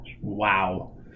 Wow